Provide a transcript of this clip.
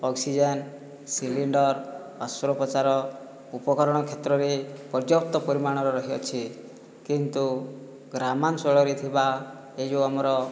oxygen cylinder ଅସ୍ତ୍ରୋପଚାର ଉପକରଣ କ୍ଷେତ୍ରରେ ପର୍ଯ୍ୟାପ୍ତ ପରିମାଣର ରହିଅଛି କିନ୍ତୁ ଗ୍ରାମାଞ୍ଚଳରେ ଥିବା ଏହି ଯେଉଁ ଆମର